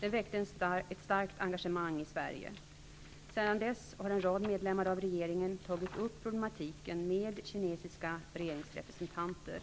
Den väckte ett starkt engagemang i Sverige. Sedan dess har en rad medlemmar av regeringen tagit upp problematiken med kinesiska regeringsrepresentanter.